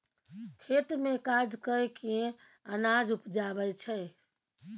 खेत मे काज कय केँ अनाज उपजाबै छै